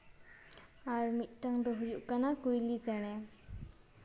ᱟᱨ ᱢᱤᱫᱴᱟᱝ ᱫᱚᱭ ᱦᱩᱭᱩᱜ ᱠᱟᱱᱟ ᱠᱩᱭᱞᱤ ᱪᱮᱬᱮ